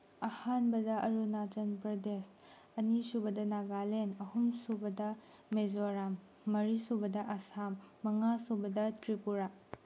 ꯑꯍꯥꯟꯕꯗ ꯑꯔꯨꯅꯥꯆꯜ ꯄ꯭ꯔꯗꯦꯁ ꯑꯅꯤꯁꯨꯕꯗ ꯅꯥꯒꯥꯂꯦꯟ ꯑꯍꯨꯝꯁꯨꯕꯗ ꯃꯦꯖꯣꯔꯥꯝ ꯃꯔꯤꯁꯨꯕꯗ ꯑꯁꯥꯝ ꯃꯉꯥꯁꯨꯕꯗ ꯇ꯭ꯔꯤꯄꯨꯔꯥ